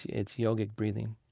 it's yogic breathing.